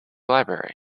library